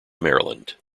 maryland